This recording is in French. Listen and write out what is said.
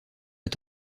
est